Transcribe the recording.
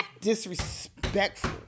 Disrespectful